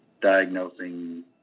diagnosing